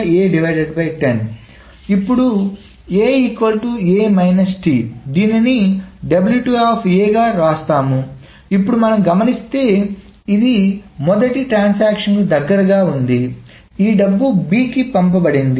ఇప్పుడు దీనిని గా రాస్తాము ఇప్పుడు మనం గమనిస్తే ఇది మొదటి ట్రాన్సాక్షన్ కు దగ్గరగా ఉంది ఈ డబ్బు B కి పంపబడింది